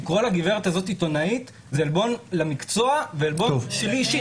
לקרוא לגברת הזאת עיתונאית זה עלבון למקצוע ועלבון שלי אישית.